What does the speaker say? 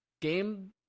game